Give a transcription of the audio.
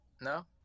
No